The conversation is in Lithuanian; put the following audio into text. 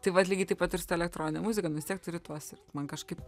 tai vat lygiai taip pat ir su ta elektronine muzika nu vis tiek turi tuo sirgt man kažkaip